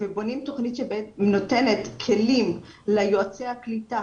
בונים תוכנית שבעצם נותנת כלים ליועצי הקליטה